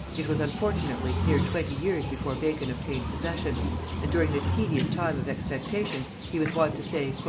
it was unfortunately near twenty years before bacon obtained possession and during this tedious time of expectation, he was wont to say,